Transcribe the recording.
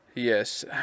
Yes